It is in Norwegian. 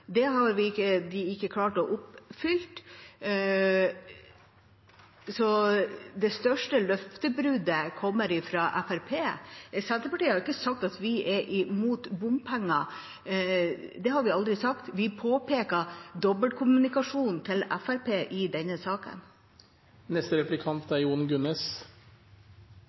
Det har de ikke klart å oppfylle. Det største løftebruddet kommer fra Fremskrittspartiet. Senterpartiet har ikke sagt at vi er imot bompenger. Det har vi aldri sagt. Vi påpekte dobbeltkommunikasjonen fra Fremskrittspartiet i denne saken. Vi i Venstre må ærlig innrømme at vi er